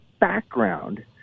background